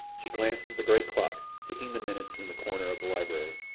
she glanced at the great clock ticking the minutes in the corner of the library.